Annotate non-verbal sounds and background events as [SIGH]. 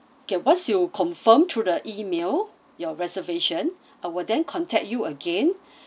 okay once your confirmed through the email your reservation [BREATH] uh we'll then contact you again [BREATH]